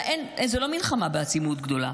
זו לא מלחמה בעצימות גדולה.